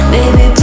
Baby